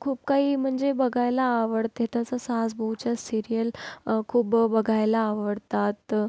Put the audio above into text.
खूप काही म्हणजे बघायला आवडते तसं सास बहूच्या सिरीयल खूप बघायला आवडतात